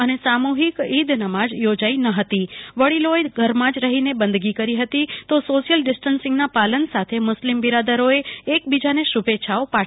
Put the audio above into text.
અને સામુહિક ઈદ નમાજ યોજાઈ ન હતી વડીલોએ ઘરમાજ રફીને બંદગી કરી હતી તો સોશ્યલ ડિસ્ટશીંગના પાલન સાથે મુસ્લિમ બિરાદરોએ એકબીજાને શુભેચ્છાઓ પાઠવી હતી